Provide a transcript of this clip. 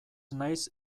naiz